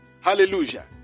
hallelujah